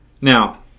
Now